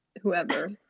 Whoever